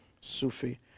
Sufi